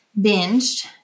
binged